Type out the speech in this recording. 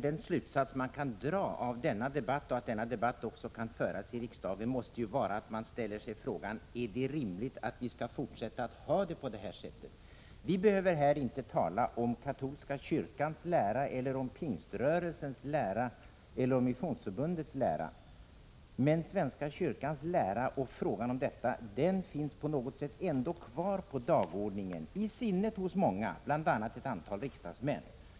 Den slutsats man kan dra av denna debatt, och av att denna debatt också kan föras i riksdagen måste ju vara att man ställer sig frågan om det är rimligt att vi skall fortsätta att ha det på detta sätt. Vi behöver här inte tala om den katolska kyrkan, pingströrelsens eller Missionsförbundets lära, men frågan om svenska kyrkans lära finns på något sätt ändå kvar på dagordningen och i sinnet hos många, bl.a. hos flera riksdagsledamöter.